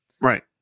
Right